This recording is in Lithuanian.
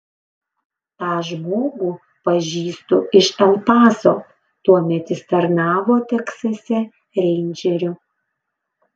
tą žmogų pažįstu iš el paso tuomet jis tarnavo teksase reindžeriu